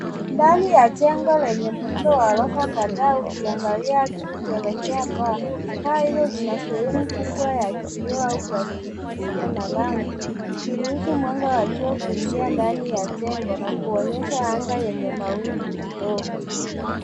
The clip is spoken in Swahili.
Ndani ya jengo lenye muundo wa ghorofa kadhaa ukiangalia juu kuelekea paa. Paa hilo ina sehemu kubwa ya kioo au plastiki isiyo na rangi ikiruhusu mwanga wa jua kuingia ndani ya jengo na kuonyesha anga yenye mawingu kidogo.